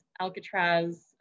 Alcatraz